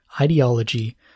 ideology